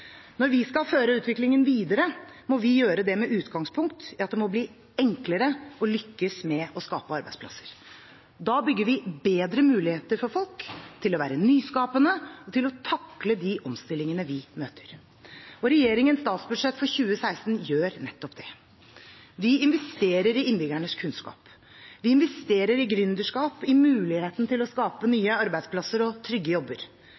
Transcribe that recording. Når vi skal føre utviklingen videre, må vi gjøre det med utgangspunkt i at det må bli enklere å lykkes med å skape arbeidsplasser. Da bygger vi bedre muligheter for folk til å være nyskapende og til å takle de omstillingene vi møter. Regjeringens statsbudsjett for 2016 gjør nettopp det. Vi investerer i innbyggernes kunnskap. Vi investerer i gründerskap, i muligheten til å skape nye arbeidsplasser og trygge jobber.